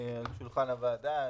על שולחן הוועדה.